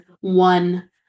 one